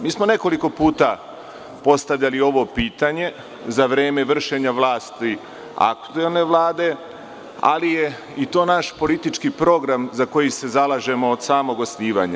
Mi smo nekoliko puta postavljali ovo pitanje za vreme vršenja vlasti aktuelne Vlade, ali je i to naš politički program za koji se zalažemo od samog osnivanja.